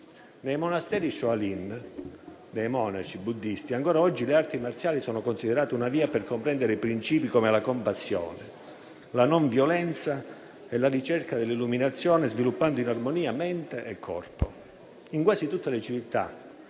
Nei monasteri Shaolin dei monaci buddisti, ancora oggi le arti marziali sono considerate una via per comprendere i principi come la compassione, la non violenza e la ricerca dell'illuminazione, sviluppando in armonia mente e corpo. In quasi tutte le civiltà